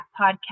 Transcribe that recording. podcast